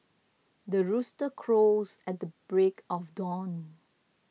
the rooster crows at the break of dawn